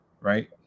right